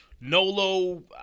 Nolo